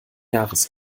jahres